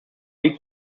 liegt